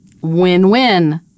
Win-win